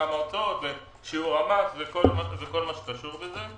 כמה הוצאות ושיעור המס וכל מה שקשור בזה,